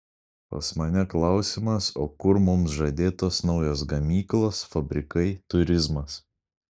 pas mane klausimas o kur mums žadėtos naujos gamyklos fabrikai turizmas